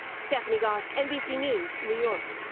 stephanie gosk, nbc news, new york.